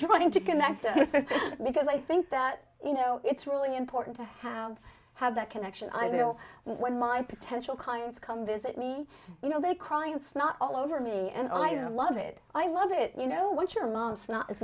driving to connect because i think that you know it's really important to have have that connection i know when my potential clients come visit me you know they cry it's not all over me and i love it i love it you know what your mom's not i